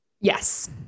Yes